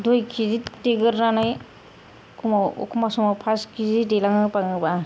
दुइ केजि देगोर नानै एखामब्ला समाव पास केजि देनाङो एखमब्ला एखमब्ला आं